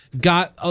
Got